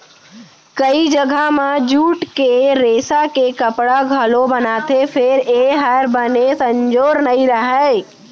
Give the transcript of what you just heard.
कइ जघा म जूट के रेसा के कपड़ा घलौ बनथे फेर ए हर बने संजोर नइ रहय